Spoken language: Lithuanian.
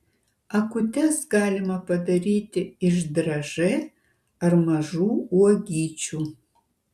akutes galima padaryti iš dražė ar mažų uogyčių